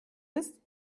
ist